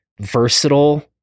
versatile